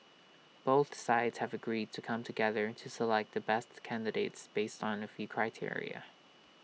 both sides have agreed to come together to select the best candidates based on A few criteria